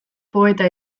poeta